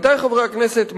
עמיתי חברי הכנסת,